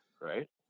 Right